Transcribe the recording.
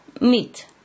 meat